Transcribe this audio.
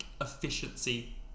efficiency